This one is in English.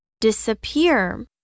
Disappear